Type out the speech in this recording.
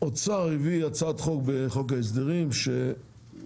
האוצר הביא הצעת חוק בחוק ההסדרים שמטרתה